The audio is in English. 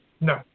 No